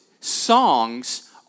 songs